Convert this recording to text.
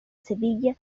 sevilla